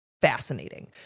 fascinating